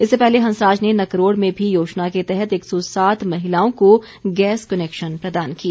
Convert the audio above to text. इससे पहले हंसराज ने नकरोड़ में भी योजना के तहत एक सौ सात महिलाओं को गैस कनैक्शन प्रदान किए